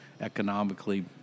economically